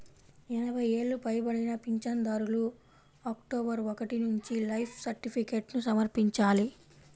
ఎనభై ఏళ్లు పైబడిన పింఛనుదారులు అక్టోబరు ఒకటి నుంచి లైఫ్ సర్టిఫికేట్ను సమర్పించాలి